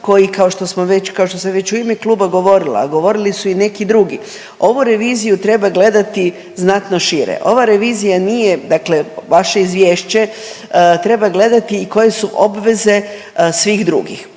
već, kao što sam već u ime kluba govorila, a govorili su i neki drugi. Ovu reviziju treba gledati znatno šire. Ova revizija nije, dakle vaše izvješće treba gledati i koje su obveze svih drugih.